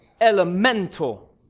elemental